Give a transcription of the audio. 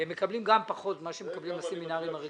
והם מקבלים גם פחות ממה שמקבלים הסמינרים הרגילים.